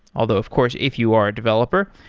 although of course if you are a developer,